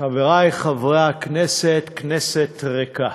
חברי חברי הכנסת, כנסת ריקה,